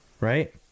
Right